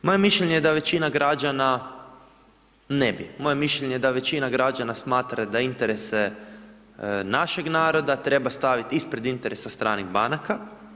Moje mišljenje je da većina građana ne bi, moje mišljenje da većina građana smatra da interese našeg naroda treba staviti ispred interesa stranih banaka.